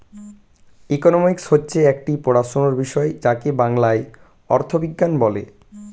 economics হচ্ছে একটি পড়াশোনার বিষয় যাকে বাংলায় অর্থবিজ্ঞান বলে